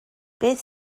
beth